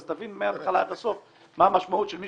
אז תבין מהתחלה עד הסוף מה המשמעות של מי